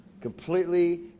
completely